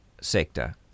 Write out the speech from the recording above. sector